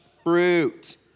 fruit